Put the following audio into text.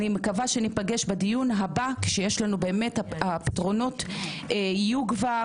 אני מקווה שניפגש בדיון הבא כשיש לנו הפתרונות שיהיו כבר,